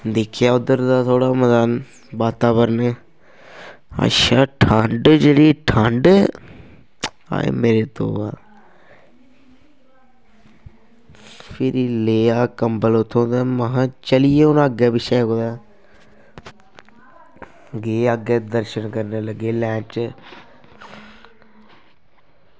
दिक्खेआ उद्धर दा थोह्ड़ा मता बातावरण अच्छा ठंड जेह्ड़ी ठंड हाय मेरे तौबा फिरी लेआ कंबल उत्थूं दा महां चली गे हून अग्गैं पिच्छें कुदै गे अग्गैं दर्शन करन लग्गे लैन च